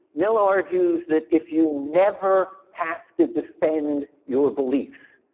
mill argues that if you never have to defend your beliefs,